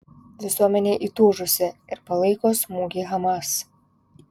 visuomenė įtūžusi ir palaiko smūgį hamas